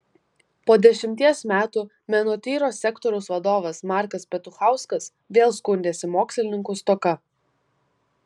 po dešimties metų menotyros sektoriaus vadovas markas petuchauskas vėl skundėsi mokslininkų stoka